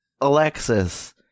alexis